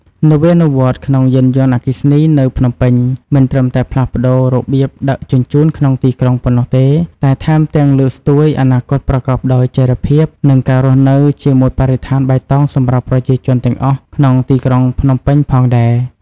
នវានុវត្តន៍ក្នុងយានយន្តអគ្គិសនីនៅភ្នំពេញ មិនត្រឹមតែផ្លាស់ប្តូររបៀបដឹកជញ្ជូនក្នុងទីក្រុងប៉ុណ្ណោះទេ តែថែមទាំងលើកស្ទួយអនាគតប្រកបដោយចីរភាព និងការរស់នៅជាមួយបរិស្ថានបៃតងសម្រាប់ប្រជាជនទាំងអស់ក្នុងទីក្រុងភ្នំពេញផងដែរ។